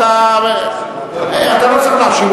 אתה לא צריך להשיב.